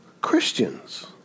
Christians